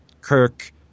Kirk